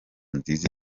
nziza